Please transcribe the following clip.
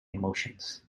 emotions